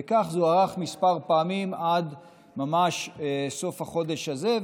וכך זה הוארך כמה פעמים ממש עד סוף החודש הזה,